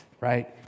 right